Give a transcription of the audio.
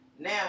Now